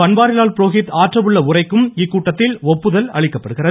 பன்வாரிலால் புரோஹித் ஆற்ற உள்ள உரைக்கும் இக்கூட்டத்தில் ஒப்புகல் அளிக்கப்படுகிறது